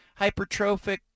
hypertrophic